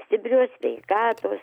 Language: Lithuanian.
stiprios sveikatos